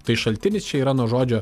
tai šaltinis čia yra nuo žodžio